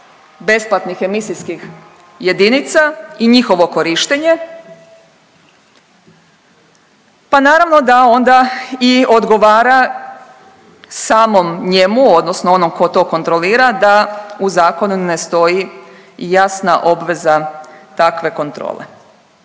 besplatnih emisijskih jedinica i njihovo korištenje. Pa naravno da onda i odgovara samom njemu odnosno onom ko to kontrolira da u zakonu ne stoji jasna obveza takve kontrole.